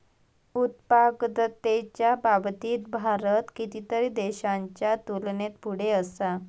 उत्पादकतेच्या बाबतीत भारत कितीतरी देशांच्या तुलनेत पुढे असा